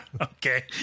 Okay